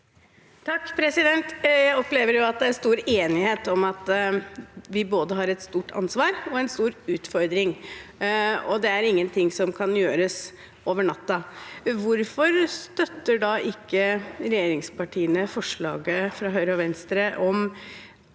(H) Jeg opplever at det er stor enighet om at vi både har et stort ansvar og en stor utfordring, og at ingenting kan gjøres over natten. Hvorfor støtter ikke regjeringspartiene da forslaget fra bl.a. Høyre og Venstre om